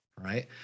right